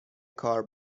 کار